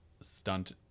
stunt